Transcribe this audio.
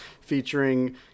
featuring